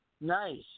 Nice